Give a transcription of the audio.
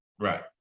Right